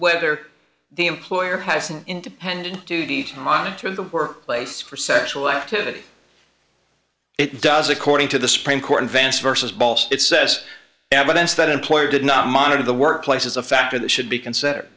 whether the employer has an independent duty to monitor the workplace for sexual activity it does according to the supreme court advance vs balls it says evidence that employer did not monitor the workplace is a factor that should be considered